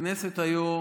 הכנסת היום